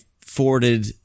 forwarded